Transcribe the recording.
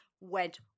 went